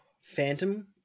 Phantom